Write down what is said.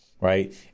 right